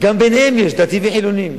גם ביניהם יש דתיים וחילונים.